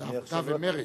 זה העבודה ומרצ.